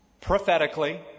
prophetically